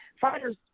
fighters